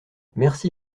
merci